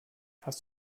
hast